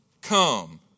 come